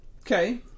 Okay